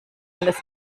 alles